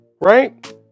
right